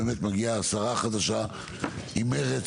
באמת מגיעה שרה חדשה עם מרץ,